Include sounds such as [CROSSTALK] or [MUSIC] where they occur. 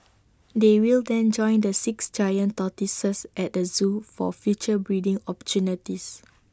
[NOISE] they will then join the six giant tortoises at the Zoo for future breeding opportunities